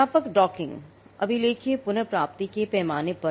व्यापक डॉकिंग कहलाती है